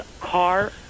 car